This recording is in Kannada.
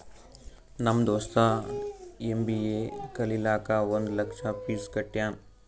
ನಮ್ ದೋಸ್ತ ಎಮ್.ಬಿ.ಎ ಕಲಿಲಾಕ್ ಒಂದ್ ಲಕ್ಷ ಫೀಸ್ ಕಟ್ಯಾನ್